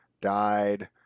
died